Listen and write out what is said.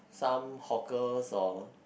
some hawker or